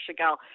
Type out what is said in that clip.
Chagall